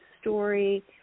story